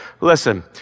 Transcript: listen